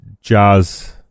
jazz